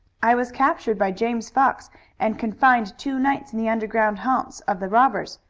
i was captured by james fox and confined two nights in the underground haunts of the robbers.